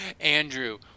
Andrew